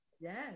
Yes